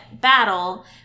battle